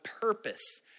purpose